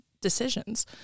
decisions